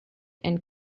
and